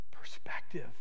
perspective